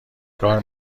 کار